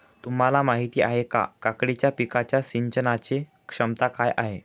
तुम्हाला माहिती आहे का, काकडीच्या पिकाच्या सिंचनाचे क्षमता काय आहे?